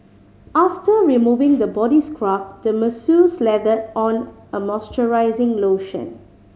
after removing the body scrub the masseur slathered on a moisturizing lotion